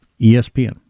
ESPN